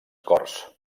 corts